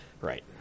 Right